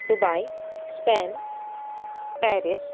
Dubai Spain Paris